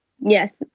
Yes